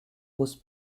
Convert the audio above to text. was